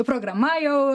programa jau